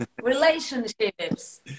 relationships